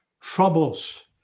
troubles